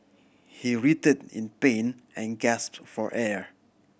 he writhed in pain and gasped for air